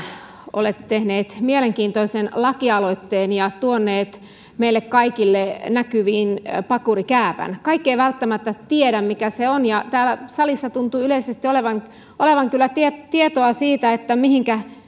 olette tehnyt mielenkiintoisen lakialoitteen ja tuonut meille kaikille näkyviin pakurikäävän kaikki eivät välttämättä tiedä mikä se on täällä salissa tuntuu yleisesti olevan olevan kyllä tietoa siitä mihinkä